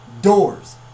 doors